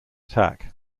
tack